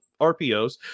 RPOs